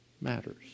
matters